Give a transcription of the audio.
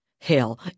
Hell